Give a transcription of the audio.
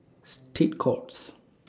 State Courts